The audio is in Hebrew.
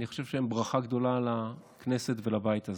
אני חושב שהן ברכה גדולה לכנסת ולבית הזה.